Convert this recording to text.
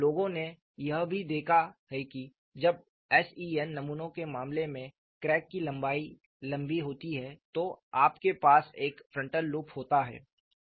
लोगों ने यह भी देखा है कि जब SEN नमूनों के मामले में क्रैक की लंबाई लंबी होती है तो आपके पास एक फ्रंटल लूप होता है